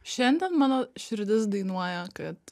šiandien mano širdis dainuoja kad